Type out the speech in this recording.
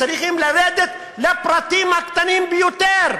צריכים לרדת לפרטים הקטנים ביותר.